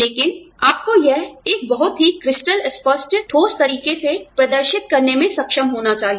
लेकिन आपको यह एक बहुत ही क्रिस्टल स्पष्ट ठोस तरीके से प्रदर्शित करने में सक्षम होना चाहिए